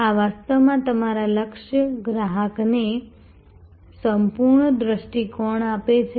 આ વાસ્તવમાં તમારા લક્ષ્ય ગ્રાહકને સંપૂર્ણ દૃષ્ટિકોણ આપે છે